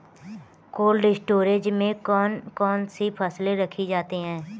Cold storage में कौन कौन सी फसलें रखी जाती हैं?